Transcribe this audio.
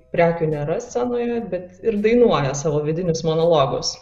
prekių nėra scenoje bet ir dainuoja savo vidinius monologus